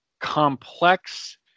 complex